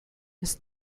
ist